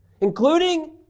including